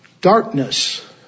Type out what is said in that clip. darkness